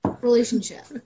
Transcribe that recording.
Relationship